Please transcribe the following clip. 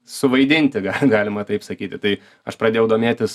suvaidinti ga galima taip sakyti tai aš pradėjau domėtis